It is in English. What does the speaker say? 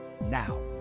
now